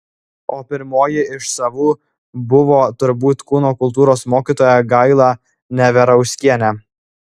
o pirmoji iš savų buvo turbūt kūno kultūros mokytoja gaila neverauskienė